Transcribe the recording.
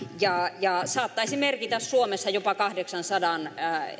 ja ja saattaisi merkitä suomessa jopa kahdeksansadan